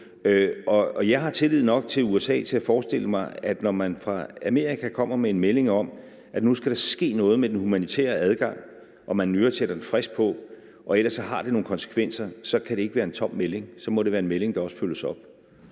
jeg har tillid nok til USA til at forestille mig, at når man fra deres side kommer med en melding om, at der nu skal ske noget med den humanitære adgang, og man i øvrigt sætter en frist på det, og det ellers har nogle konsekvenser, så kan det ikke være en tom melding, men så må det også være en melding, der følges op.